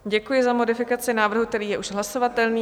Děkuji za modifikaci návrhu, který je už hlasovatelný.